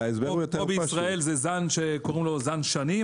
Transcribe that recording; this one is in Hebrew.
פה בישראל זה זן שקוראים לו זן שני,